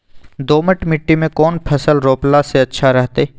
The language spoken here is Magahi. दोमट मिट्टी में कौन फसल रोपला से अच्छा रहतय?